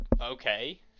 okay